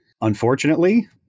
unfortunately